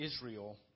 Israel